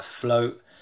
float